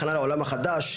הכנה לעולם החדש,